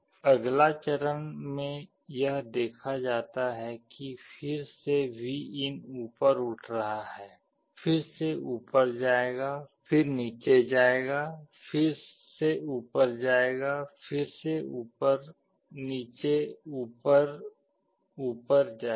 अगला चरण में यह देखा जाता है कि फिर से Vin ऊपर उठ रहा है फिर से ऊपर जाएगा फिर नीचे जाएगा फिर से ऊपर जाएगा फिर से ऊपर नीचे ऊपर ऊपर जाएगा